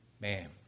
man